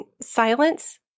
silence